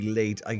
late